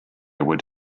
would